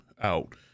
out